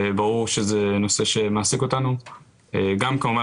ברור שזה נושא שמעסיק אותנו גם כמובן